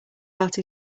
art